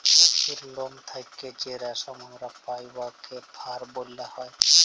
পশুর লম থ্যাইকে যে রেশম আমরা পাই উয়াকে ফার ব্যলা হ্যয়